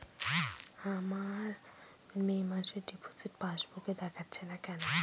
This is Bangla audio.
আমার মে মাসের ডিপোজিট পাসবুকে দেখাচ্ছে না কেন?